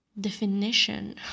definition